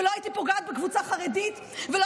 ולא הייתי פוגעת בקבוצה חרדית ולא